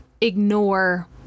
ignore